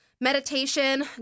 Meditation